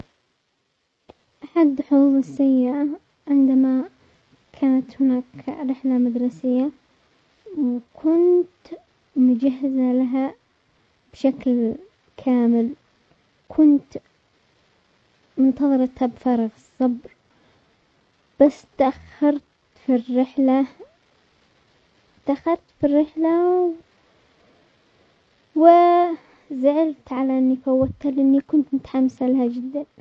احد الاوقات السيئة عندما كانت هناك رحلة مدرسية، وكنت مجهزة لها بشكل كامل، كنت منتظرتها بفارغ الصبر بس تأخرت في الرحلة، دخلت في الرحلة وزعلت على اني فوتها، لاني كنت متحمسة لها جدا.